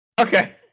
Okay